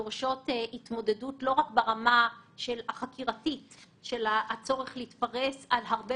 הן דורשות התמודדות לא רק ברמה החקירתית של הצורך להתפרס על הרבה